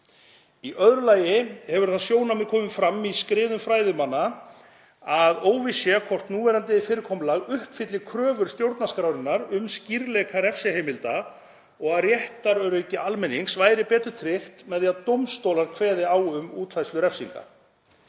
Í öðru lagi hefur það sjónarmið komið fram í skrifum fræðimanna að óvíst sé hvort núverandi fyrirkomulag uppfylli kröfur stjórnarskrárinnar um skýrleika refsiheimilda og að réttaröryggi almennings væri betur tryggt með því að dómstólar kveði á um útfærslu refsinga.